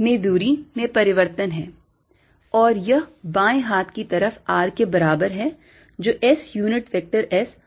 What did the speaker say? में दूरी में परिवर्तन है और यह बाएं हाथ की तरफ r के बराबर है जो S unit vector S plus Z d z plus d l है